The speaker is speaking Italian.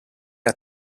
era